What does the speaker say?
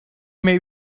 may